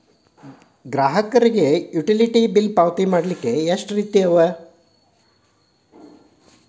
ಗ್ರಾಹಕರಿಗೆ utility bill ಪಾವತಿ ಮಾಡ್ಲಿಕ್ಕೆ ಎಷ್ಟ ರೇತಿ ಅವ?